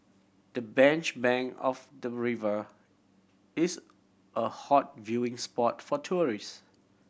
the bench bank of the river is a hot viewing spot for tourists